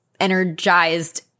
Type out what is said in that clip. energized